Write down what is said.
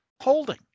holding